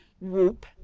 whoop